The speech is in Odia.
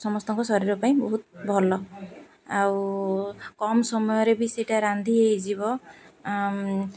ସମସ୍ତଙ୍କ ଶରୀର ପାଇଁ ବହୁତ ଭଲ ଆଉ କମ୍ ସମୟରେ ବି ସେଇଟା ରାନ୍ଧି ହୋଇଯିବ